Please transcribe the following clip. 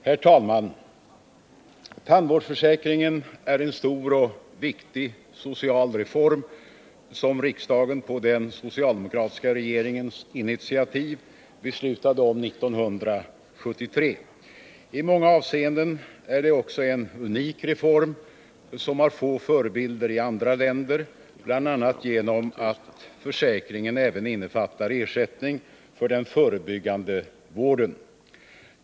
Herr talman! Tandvårdsförsäkringen är en stor och viktig social reform som riksdagen på den socialdemokratiska regeringens initiativ beslutade om 1973. I många avseenden är det också en unik reform, som har få förebilder i andra länder, bl.a. genom att försäkringen även innefattar ersättning för den förebyggande vården.